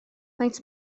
faint